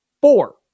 Four